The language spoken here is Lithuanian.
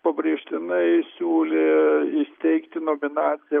pabrėžtinai siūlė įsteigti nominaciją